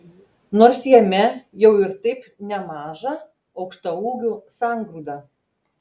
nors jame jau ir taip nemaža aukštaūgių sangrūda